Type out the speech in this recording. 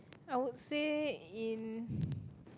I would say in